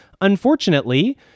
unfortunately